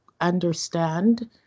understand